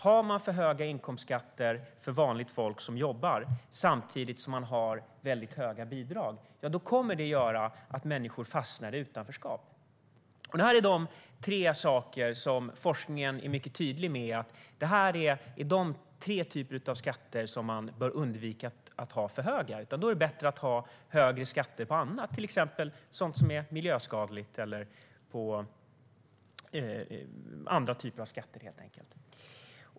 Har man för höga inkomstskatter för vanligt folk som jobbar samtidigt som man har väldigt höga bidrag kommer det nämligen att göra att människor fastnar i utanförskap. Detta är de tre typer av skatter som forskningen är mycket tydlig med att man bör undvika att göra för höga. Det är i stället bättre att ha högre skatter på annat, till exempel sådant som är miljöskadligt - eller andra typer av skatter, helt enkelt.